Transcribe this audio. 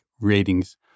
ratings